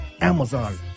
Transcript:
Amazon